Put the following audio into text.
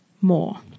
more